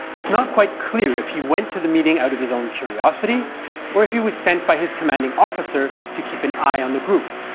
it's not quite clear if he went to the meeting out of his own curiosity or if he was sent by his commanding officer to keep an eye on the group.